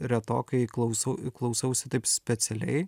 retokai klausau klausausi taip specialiai